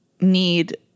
need